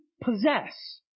possess